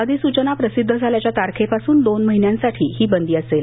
अधिसूचना प्रसिद्ध झाल्याच्या तारखेपासून दोन महिन्यांसाठी ही बंदी असेल